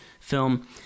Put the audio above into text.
film